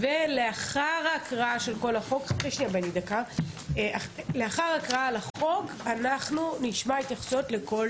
לאחר ההקראה של החוק, אנחנו נשמע התייחסויות לכל